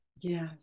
yes